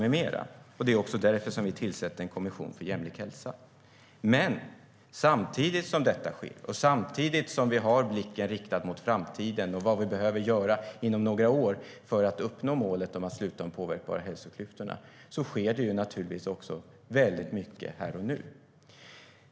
Det är därför vi tillsätter en kommission för jämlik hälsa. Men samtidigt som detta sker, och samtidigt som vi har blicken riktad mot framtiden och vad vi behöver göra inom några år för att uppnå målet om att sluta de påverkbara hälsoklyftorna, sker det naturligtvis också mycket här och nu.